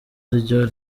ryo